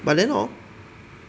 but then hor